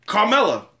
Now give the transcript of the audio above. Carmella